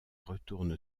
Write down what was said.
retourne